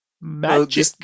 Magic